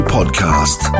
Podcast